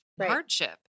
hardship